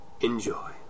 Enjoy